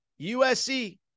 USC